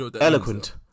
eloquent